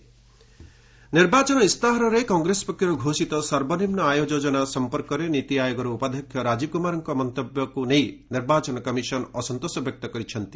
EC ନୀତି ଆୟୋଗ ନିର୍ବାଚନ ଇସ୍ତାହାରରେ କଂଗ୍ରେସ ପକ୍ଷରୁ ଘୋଷିତ ସର୍ବନିମ୍ନ ଆୟ ଯୋଜନା ସଂପର୍କରେ ନୀତି ଆୟୋଗର ଉପାଧ୍ୟକ୍ଷ ରାଜୀବ କୁମାରଙ୍କ ମନ୍ତବ୍ୟ ନେଇ ନିର୍ବାଚନ କମିଶନ ଅସନ୍ତୋଷ ବ୍ୟକ୍ତ କରିଛନ୍ତି